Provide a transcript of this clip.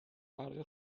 برق